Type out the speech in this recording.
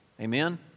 Amen